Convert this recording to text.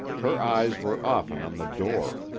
her eyes were often on the door.